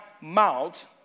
mouth